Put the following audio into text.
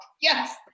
yes